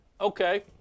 Okay